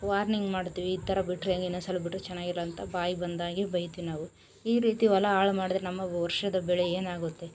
warning ಮಾಡುತ್ವಿ ಈ ಥರ ಬಿಟ್ರೆ ಇನ್ನೊಂದು ಸಲ ಬಿಟ್ರೆ ಚೆನ್ನಾಗಿರೊಲ್ಲ ಅಂತ ಬಾಯಿ ಬಂದಾಗೇ ಬೈತೀವಿ ನಾವು ಈ ರೀತಿ ಹೊಲ ಹಾಳು ಮಾಡಿದ್ರೆ ನಮ್ಮ ವರ್ಷದ ಬೆಳೆ ಏನಾಗುತ್ತೆ